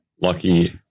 lucky